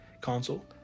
console